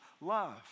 love